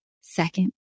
second